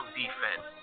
defense